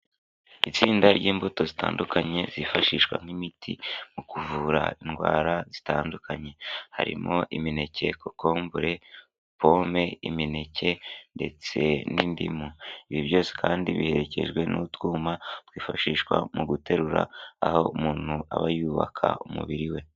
Itsinda ry'imbuto zitandukanye zifashishwa nk'imiti mu kuvura indwara zitandukanye, harimo imineke kokombure pome imineke ndetse n'indimu, ibi byose kandi biherekejwe n'utwuma twifashishwa mu guterura aho umuntu aba yubaka umubiri we.